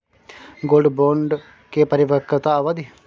Gold bond के परिपक्वता अवधि?